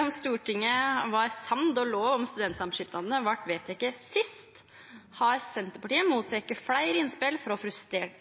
om Stortinget var samd då lov om studentsamskipnader vart vedteken sist, har Senterpartiet fått fleire innspel frå